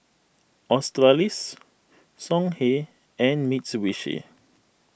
Australis Songhe and Mitsubishi